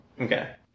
Okay